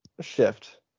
shift